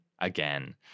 again